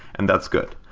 and that's good.